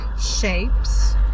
shapes